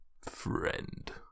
friend